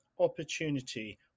opportunity